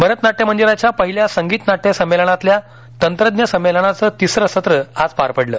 भरत नाट्य मंदिराच्या पहिल्या संगीत नाट्य संमेलनातल्या तंत्रज्ञ संमेलना चं तिसरं सत्र आज पार पडलं